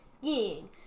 skiing